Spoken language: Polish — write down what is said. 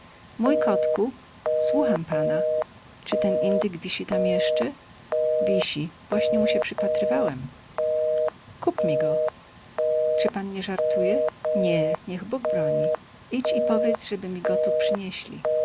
mój kotku słucham pana czy ten indyk wisi tam jeszcze wisi właśnie mu się przypatrywałem kup mi go czy pan nie żartuje nie niech bóg broni idź i powiedz żeby mi go tu przynieśli